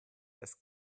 das